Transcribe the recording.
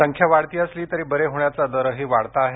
संख्या वाढती असली तरी बरे होण्याचा दरही वाढता आहे